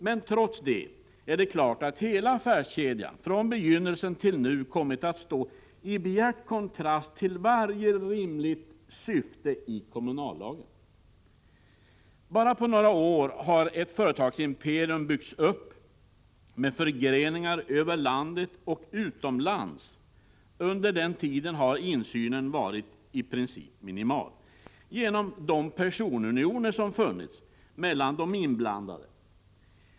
Men trots det är det klart att hela kedjan av affärer från begynnelsen till nu kommit att stå i bjärt kontrast till vad som rimligen kan vara syftet med bestämmelserna i kommunallagen. På bara några år har ett företagsimperi um byggts upp, med förgreningar över landet och även utomlands. Till följd Prot. 1985/86:61 av de personunioner som funnits mellan de inblandade har insynen under den = 17 januari 1986 tiden i princip varit minimal.